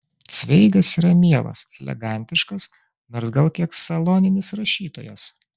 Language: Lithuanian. cveigas yra mielas elegantiškas nors gal kiek saloninis rašytojas